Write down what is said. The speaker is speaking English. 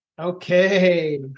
okay